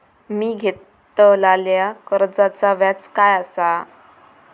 मी घेतलाल्या कर्जाचा व्याज काय आसा?